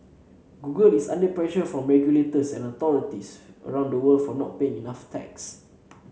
google is under pressure from regulators and authorities around the world for not paying enough tax